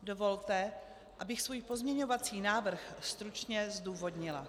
Dovolte, abych svůj pozměňovací návrh stručně zdůvodnila.